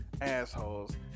assholes